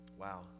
wow